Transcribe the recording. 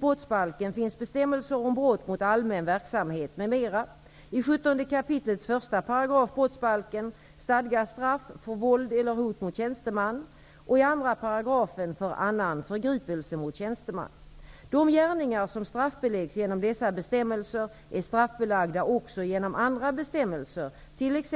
brottsbalken stadgas straff för våld eller hot mot tjänsteman och i 2 § för annan förgripelse mot tjänsteman. De gärningar som straffbeläggs genom dessa bestämmelser, t.ex.